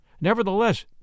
Nevertheless